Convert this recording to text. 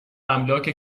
املاک